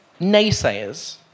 naysayers